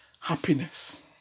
happiness